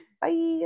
bye